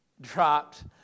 dropped